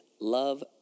love